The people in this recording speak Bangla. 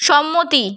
সম্মতি